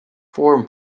form